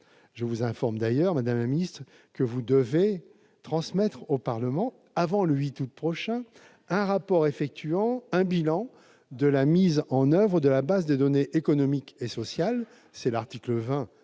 Je vous informe d'ailleurs, madame la ministre, que vous devez transmettre au Parlement, avant le 8 août prochain, un rapport dressant le bilan de la mise en oeuvre de la base de données économiques et sociales- c'est l'article 20